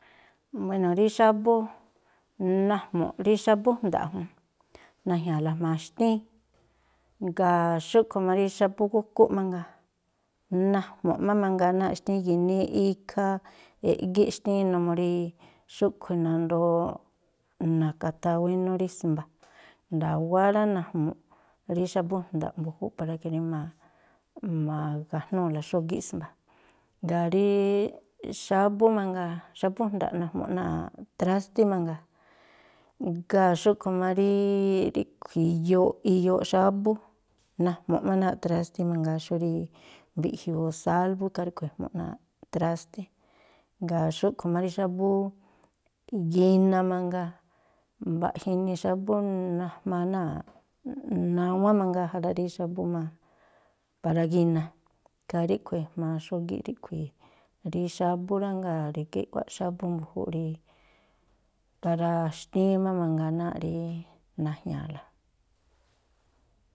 Buéno̱ rí xábú, najmu̱ꞌ rí xábú jnda̱ꞌ jún, na̱jña̱a̱la jma̱a xtíín. Jngáa̱ xúꞌkhui̱ má rí xábú gúkúꞌ mangaa, najmu̱ꞌ má mangaa náa̱ꞌ xtíín. Gi̱nii ikhaa e̱ꞌgíꞌ xtíín numuu rí xúꞌkhui̱ nandoo na̱ka̱taa wénú rí smba. I̱nda̱wáá rá, najmu̱ꞌ rí xábú jnda̱ꞌ mbu̱júúꞌ para ke rí ma̱ga̱jnúu̱la xógíꞌ smba. Jngáa̱ rí xábú mangaa, xábú jnda̱ꞌ najmu̱ꞌ náa̱ꞌ trástí mangaa, jngáa̱ xúꞌkhui̱ má rí ríꞌkhui̱ iyooꞌ, iyooꞌ xábú, najmu̱ꞌ má náa̱ꞌ trástí mangaa xú rí mbiꞌjiuu sálvú, ikhaa ríꞌkhui̱ ejmu̱ꞌ náa̱ꞌ trástí. Jngáa̱ xúꞌkhui̱ má rí xábú gina magaa. Mbaꞌja inii xábú najmaa náa̱ꞌ nawán mangaa ja rá, rí xábú má para gina. Ikhaa ríꞌkhui̱ ejmaa xógíꞌ ríꞌkhui̱ rí xábú rá. Jngáa̱ rígá i̱ꞌwáꞌ xábú mbu̱júúꞌ rí para xtíín má mangaa náa̱ꞌ rí na̱jña̱a̱la.